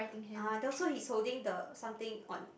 ah the also he's holding the something on